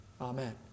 Amen